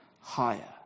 higher